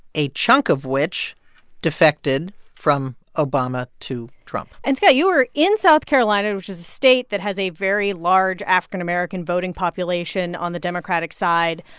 a chunk of which defected from obama to trump and scott, you were in south carolina, which is a state that has a very large african american voting population on the democratic side.